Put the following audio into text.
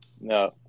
No